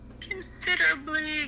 considerably